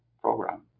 Program